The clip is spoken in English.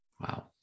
wow